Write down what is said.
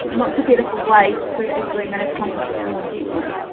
and, look together for ways to actually manage conflict more gently.